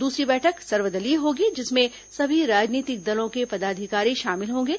दूसरी बैठक सर्वदलीय होगी जिसमें सभी राजनीतिक दलों के पदाधिकारी शामिल होंगे